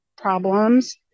problems